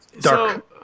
dark